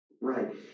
right